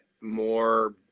more